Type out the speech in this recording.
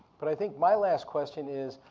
but i think my last question is,